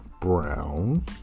brown